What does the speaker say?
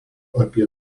apie